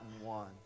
one